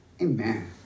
Amen